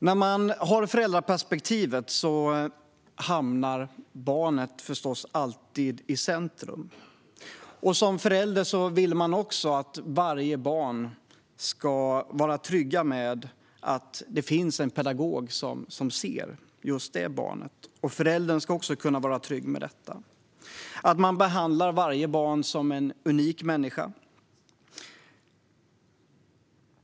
För den som har föräldraperspektivet hamnar barnet alltid i centrum. Som förälder vill man också att varje barn ska vara tryggt med att det finns en pedagog som ser just det barnet. Föräldern ska också kunna vara trygg med detta - att man behandlar varje barn som en unik människa.